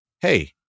hey